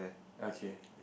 okay